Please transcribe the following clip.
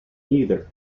neither